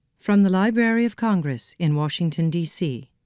from the library of congress in washington d c.